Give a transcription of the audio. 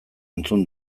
entzun